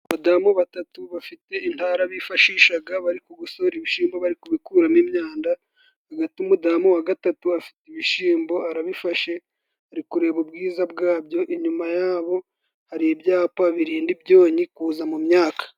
Abadamu batatu bafite intara bifashishaga bari kugosora ibishimbo bari kubikuramo imyanda, hagati umudamu wa gatatu afite ibishimbo arabifashe, ari kureba ubwiza bwabyo. Inyuma yabo hari ibyapa birinda ibyonyi kuza mu myaka.